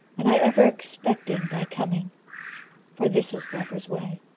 and i ever expecting thy coming for this is lovers' way.